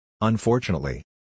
Unfortunately